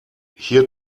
hier